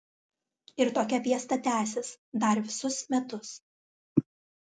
ir tokia fiesta tęsis dar visus metus